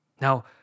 Now